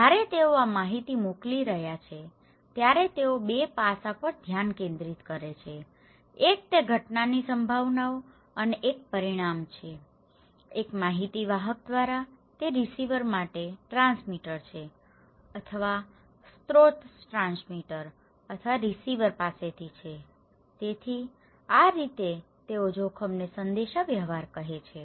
જ્યારે તેઓ આ માહિતી મોકલી રહ્યાં છે ત્યારે તેઓ 2 પાસાં પર ધ્યાન કેન્દ્રિત કરે છે એક તે ઘટનાની સંભાવનાઓ અને પરિણામ છે એક માહિતી વાહક દ્વારા તે રીસીવર માટે ટ્રાન્સમીટર છે અથવા સ્રોત ટ્રાન્સમીટર અથવા રીસીવર પાસેથી છે તેથી આ રીતે તેઓ જોખમને સંદેશાવ્યવહાર કરે છે